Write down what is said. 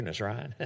right